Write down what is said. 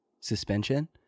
suspension